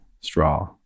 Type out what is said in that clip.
straw